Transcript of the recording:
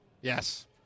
Yes